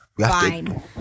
Fine